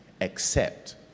Accept